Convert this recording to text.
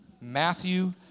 Matthew